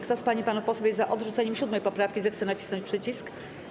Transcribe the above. Kto z pań i panów posłów jest za odrzuceniem 7. poprawki, zechce nacisnąć przycisk.